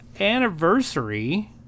anniversary